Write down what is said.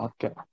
Okay